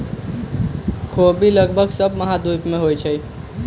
ख़ोबि लगभग सभ महाद्वीप में होइ छइ